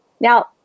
Now